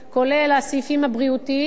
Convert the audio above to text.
כולל הסעיפים הבריאותיים.